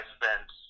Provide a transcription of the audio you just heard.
spent